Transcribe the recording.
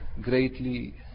greatly